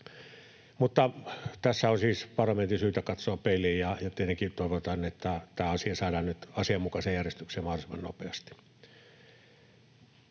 tässä on siis parlamentin syytä katsoa peiliin, ja tietenkin toivotaan, että tämä asia saadaan nyt asianmukaiseen järjestykseen mahdollisimman nopeasti.